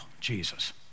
Jesus